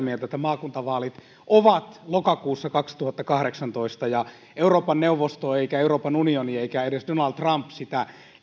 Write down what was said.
mieltä että maakuntavaalit ovat lokakuussa kaksituhattakahdeksantoista eikä euroopan neuvosto euroopan unioni eikä edes donald trump sitä